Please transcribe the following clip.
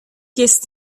jest